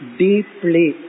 deeply